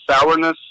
sourness